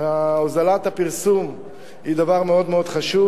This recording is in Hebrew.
הוזלת הפרסום היא דבר מאוד מאוד חשוב.